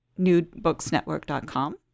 newbooksnetwork.com